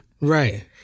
Right